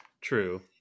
True